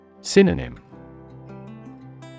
Synonym